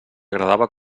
agradava